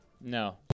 No